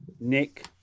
Nick